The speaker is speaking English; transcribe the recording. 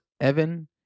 Evan